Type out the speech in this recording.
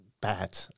bad